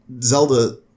Zelda